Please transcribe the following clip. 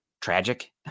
tragic